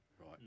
Right